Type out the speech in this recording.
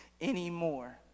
anymore